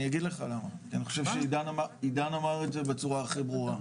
אני חושב שעידן אמר את זה בצורה הכי ברורה.